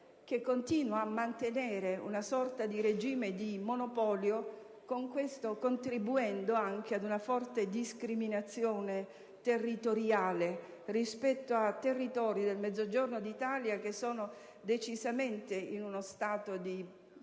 (che continua a mantenere una sorta di regime di monopolio, contribuendo con questo anche ad una forte discriminazione territoriale rispetto ai territori del Mezzogiorno d'Italia, che si trovano decisamente in uno stato di